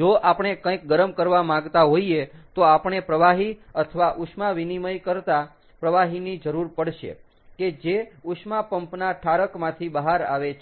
જો આપણે કંઈક ગરમ કરવા માંગતા હોઈએ તો આપણે પ્રવાહી અથવા ઉષ્મા વિનિમય કરતા પ્રવાહીની જરૂર પડશે કે જે ઉષ્મા પંપ ના ઠારકમાંથી બહાર આવે છે